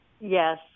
yes